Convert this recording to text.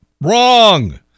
wrong